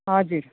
हजुर